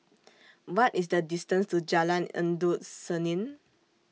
What IS The distance to Jalan Endut Senin